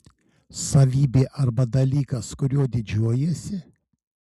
savybė arba dalykas kuriuo didžiuojiesi